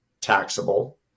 taxable